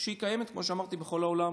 שקיימות בכל העולם,